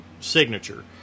signature